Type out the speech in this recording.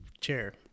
chair